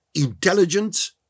intelligent